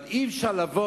אבל אי-אפשר לבוא